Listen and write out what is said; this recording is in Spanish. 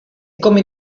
come